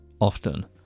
often